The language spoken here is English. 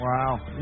Wow